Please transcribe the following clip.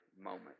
moment